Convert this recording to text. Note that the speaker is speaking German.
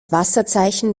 wasserzeichen